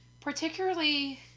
particularly